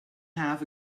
half